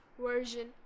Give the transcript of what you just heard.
version